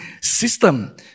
system